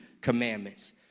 commandments